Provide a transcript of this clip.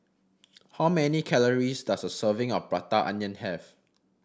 how many calories does a serving of Prata Onion have